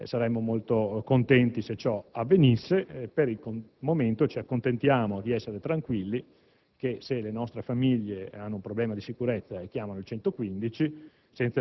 saremmo molto contenti se ciò avvenisse. Per il momento ci accontentiamo di essere tranquilli che, se le nostre famiglie hanno un problema di sicurezza e chiamano il "115",